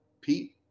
Pete